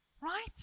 right